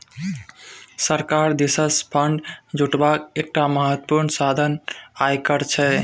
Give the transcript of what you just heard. सरकार दिससँ फंड जुटेबाक एकटा महत्वपूर्ण साधन आयकर छै